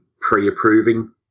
pre-approving